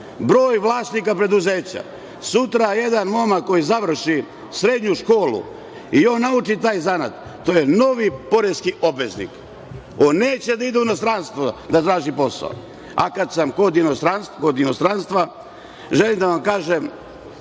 broj vlasnika preduzeća. Sutra jedan momak koji završi srednju školu i nauči taj zanat, to je novi poreski obveznik. On neće da ide u inostranstvo da traži posao. Kada sam kod inostranstva, želim da vam kažem